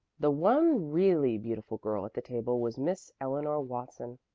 the one really beautiful girl at the table was miss eleanor watson.